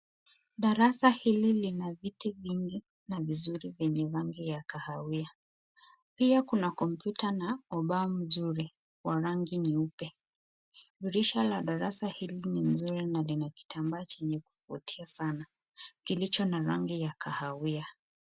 Darasa hili lina viti vingi na vizuri vyenye rangi ya kahawia. Pia kuna kompyuta na ubao mzuri wa rangi nyeupe. Dirisha la darasa hili ni mzuri na lina kitambaa chenye kuvutia sana kilicho na rangi ya kahawia.